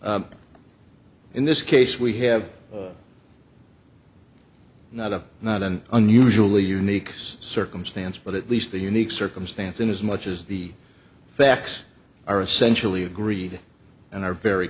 corona in this case we have not a not an unusually unique circumstance but at least the unique circumstance in as much as the facts are essentially agreed and are very